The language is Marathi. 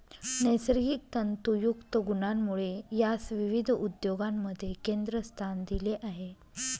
नैसर्गिक तंतुयुक्त गुणांमुळे यास विविध उद्योगांमध्ये केंद्रस्थान दिले आहे